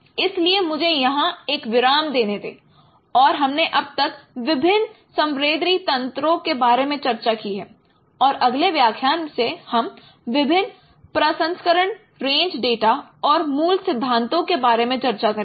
इसलिए मुझे यहां एक विराम देने दें और हमने अब तक विभिन्न संवेदी तंत्रों के बारे में चर्चा की है और अगले व्याख्यान से हम विभिन्न प्रसंस्करण रेंज डेटा और मूल सिद्धांतों के बारे में चर्चा करेंगें